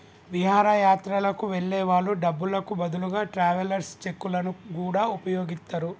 విహారయాత్రలకు వెళ్ళే వాళ్ళు డబ్బులకు బదులుగా ట్రావెలర్స్ చెక్కులను గూడా వుపయోగిత్తరు